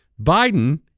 Biden